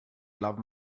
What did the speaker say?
love